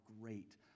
great